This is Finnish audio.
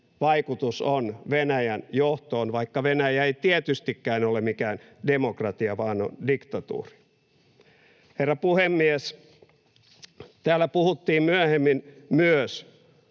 vaikutus on Venäjän johtoon, vaikka Venäjä ei tietystikään ole mikään demokratia vaan on diktatuuri. Herra puhemies! Täällä puhuttiin myöhemmin myös